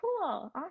cool